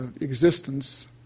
existence